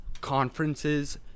conferences